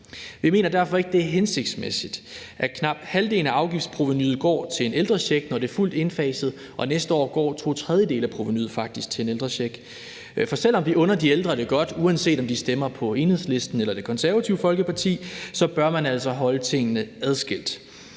Vi mener derfor ikke, det er hensigtsmæssigt, at knap halvdelen af afgiftsprovenuet går til en ældrecheck, når det er fuldt indfaset, og at to tredjedele af provenuet næste år faktisk går til en ældrecheck. For selv om vi under de ældre det godt, uanset om de stemmer på Enhedslisten eller Det Konservative Folkeparti, bør man altså holde tingene adskilt.